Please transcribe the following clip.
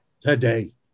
Today